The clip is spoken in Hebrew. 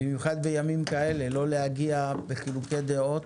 במיוחד בימים כאלה, לא להגיע בחילוקי דעות,